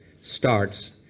starts